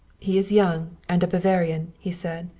he is young, and a bavarian, he said.